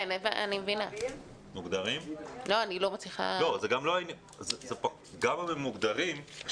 גם אם הם מוגדרים,